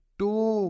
two